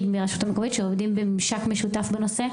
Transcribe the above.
מהרשות המקומית שעובדים בממשק משותף בנושא,